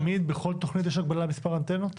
תמיד בכל תוכנית יש הגבלה על מספר אנטנות?